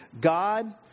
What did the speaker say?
God